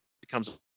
becomes